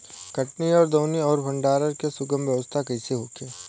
कटनी और दौनी और भंडारण के सुगम व्यवस्था कईसे होखे?